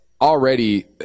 already